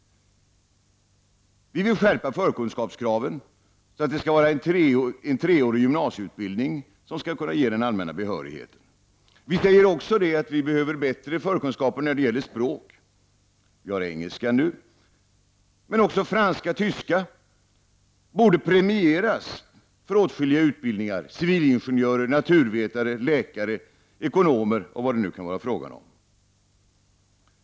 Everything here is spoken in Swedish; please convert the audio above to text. Vi vill skärpa för kunskapskraven så att det skall vara en treårig gymnasieutbildning som skall ge den allmänna behörigheten. Vi säger också att man behöver bättre förkunskaper i språk. Nu har vi engelskan, men även franskan, och tyska borde premieras för åtskilliga utbildningar, t.ex. utbildning till civilingenjör, naturvetare, läkare, ekonom och vad det nu kan vara fråga om.